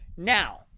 Now